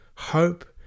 hope